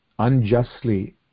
unjustly